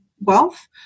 wealth